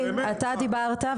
אתה דיברת,